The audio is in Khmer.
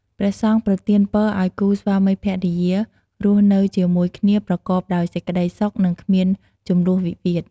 ព្រះសង្ឃប្រទានពរឲ្យគូស្វាមីភរិយារស់នៅជាមួយគ្នាប្រកបដោយសេចក្ដីសុខ និងគ្មានជម្លោះវិវាទ។